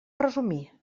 resumir